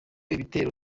ibitero